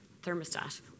thermostat